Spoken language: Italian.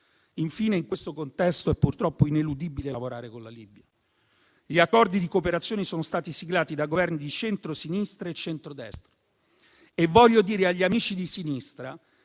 Infine, in questo contesto è purtroppo ineludibile lavorare con la Libia. Gli accordi di cooperazione sono stati siglati da Governi di centrosinistra e centrodestra e voglio dire agli amici di sinistra